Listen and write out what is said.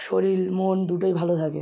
শরীর মন দুটোই ভালো থাকে